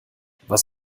was